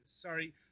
sorry